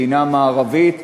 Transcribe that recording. מדינה מערבית,